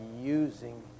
using